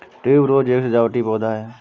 tuberose एक सजावटी पौधा है